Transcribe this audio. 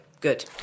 good